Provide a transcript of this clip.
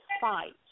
fight